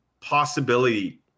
possibility